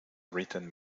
written